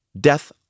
Death